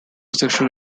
sexual